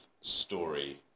story